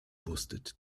wusstet